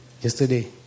yesterday